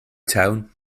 tone